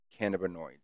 cannabinoids